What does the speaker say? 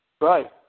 Right